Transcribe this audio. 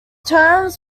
terms